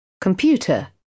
Computer